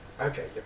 Okay